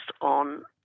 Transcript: on